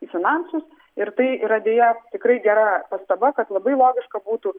į finansus ir tai yra deja tikrai gera pastaba kad labai logiška būtų